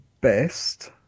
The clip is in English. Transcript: best